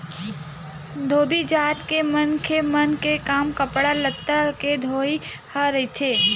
धोबी जात के मनखे मन के काम कपड़ा लत्ता के धोवई ह रहिथे